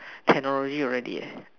technology already leh